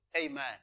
Amen